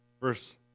Verse